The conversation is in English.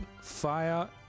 fire